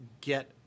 get